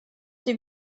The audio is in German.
die